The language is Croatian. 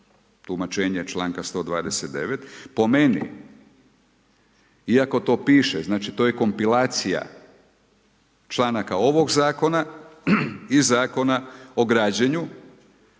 tumačenje članka 129. Po meni, iako to piše, znači to je kompilacija članaka ovog zakona i Zakona o građenju.